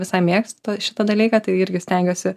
visai mėgstu šitą dalyką tai irgi stengiuosi